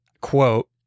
quote